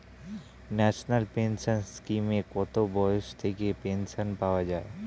National pension স্কিমে কত বয়স থেকে পেনশন পাওয়া যায়?